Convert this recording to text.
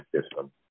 system